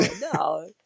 no